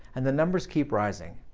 and the numbers keep rising.